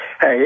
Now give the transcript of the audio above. hey